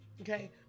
Okay